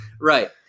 Right